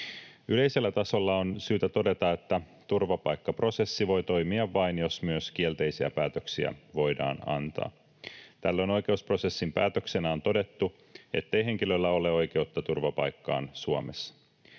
Yleisellä tasolla on syytä todeta, että turvapaikkaprosessi voi toimia vain, jos myös kielteisiä päätöksiä voidaan antaa. Tällöin oikeusprosessin päätöksenä on todettu, ettei henkilöllä ole oikeutta turvapaikkaan Suomessa.